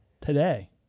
today